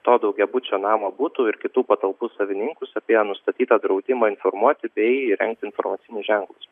to daugiabučio namo butų ir kitų patalpų savininkus apie nustatytą draudimą informuoti bei įrengti informacinius ženklus